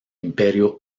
imperio